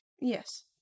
Yes